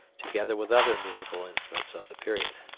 together with other musical instruments of the period.